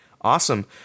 Awesome